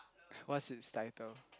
what's his title